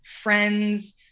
friends